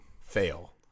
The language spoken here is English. Fail